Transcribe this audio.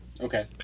Okay